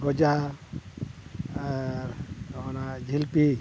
ᱜᱚᱡᱟ ᱟᱨ ᱚᱱᱟ ᱡᱷᱤᱞᱯᱤ